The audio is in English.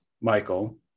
Michael